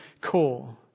core